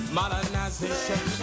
modernization